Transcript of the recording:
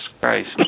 Christ